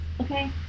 okay